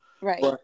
Right